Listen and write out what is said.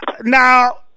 now